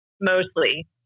mostly